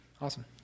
Awesome